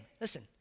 Listen